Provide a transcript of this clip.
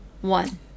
One